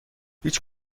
هیچ